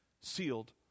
sealed